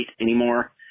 anymore